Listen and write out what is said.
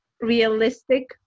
realistic